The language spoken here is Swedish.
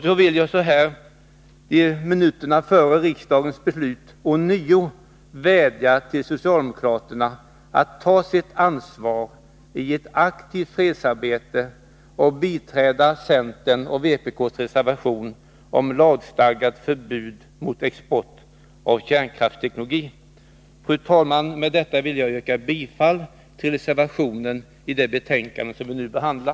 Så här minuterna före riksdagens beslut vill jag ånyo vädja till socialdemokraterna att ta sitt ansvar i ett aktivt fredsarbete och biträda centerns och vpk:s reservation om lagstadgat förbud mot export av kärnkraftsteknologi. Fru talman! Med detta vill jag yrka bifall till reservationen vid det betänkande som vi nu behandlar.